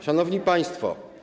Szanowni Państwo!